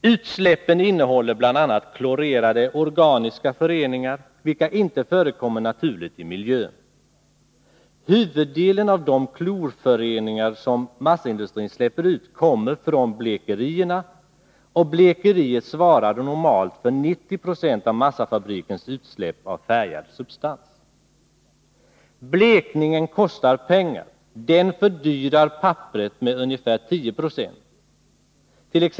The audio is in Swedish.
Utsläppen innehåller bl.a. klorerade organiska föreningar, vilka inte förekommer naturligt i miljön. Huvuddelen av de klorföreningar som massaindustrin släpper ut kommer från blekerierna, och blekeriet svarar normalt för 90 96 av massafabrikens utsläpp av färgad substans. Blekningen kostar pengar, den fördyrar papperet med ungefär 10 96.